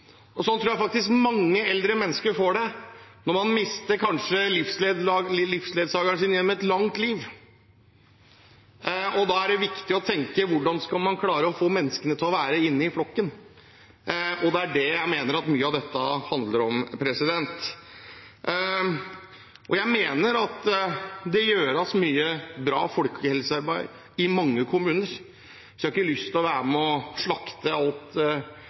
Sånn tror jeg mange eldre mennesker får det når de f.eks. mister livsledsageren sin gjennom et langt liv. Da er det viktig å tenke: Hvordan skal man klare å få menneskene til å bli værende i flokken? Det er det jeg mener mye av dette handler om. Jeg mener at det gjøres mye bra folkehelsearbeid i mange kommuner, så jeg har ikke lyst til å være med og slakte alt